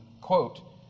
quote